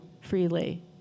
freely